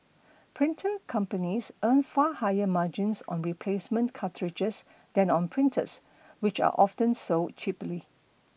printer companies earn far higher margins on replacement cartridges than on printers which are often sold cheaply